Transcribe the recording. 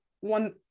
one